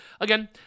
again